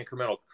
incremental